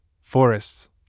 forests